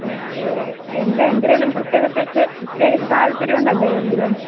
okay എന്താ എന്തേലേലും പ്രത്യേകിച്ച് താല്പര്യമുണ്ടോ എന്തിലെങ്കിലും